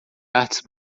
artes